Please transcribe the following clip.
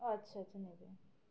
ও আচ্ছা আচ্ছা